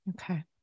okay